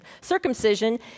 circumcision